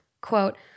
Quote